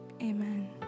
amen